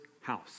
house